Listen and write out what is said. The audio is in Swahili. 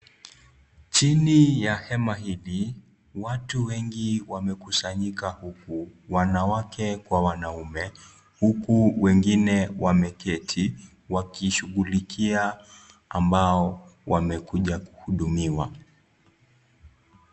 Chini ya hema hili, watu wengi wamekusanyika huku, wanawake kwa wanaume huku wengine wameketi wakishughulikia ambao wamekuja kuhudumiwa.